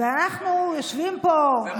ואנחנו יושבים פה,